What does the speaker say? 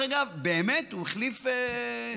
דרך אגב, באמת, הוא החליף תחום.